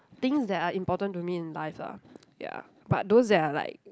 things that are important to me in life lah ya but those that are like